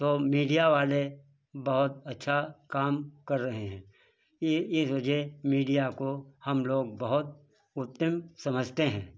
तो मीडिया वाले बहुत अच्छा काम कर रहे हैं ये ये सोचिए मीडिया को हम लोग बहुत उत्तम समझते हैं